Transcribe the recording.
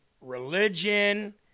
religion